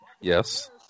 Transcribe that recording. Yes